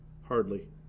Hardly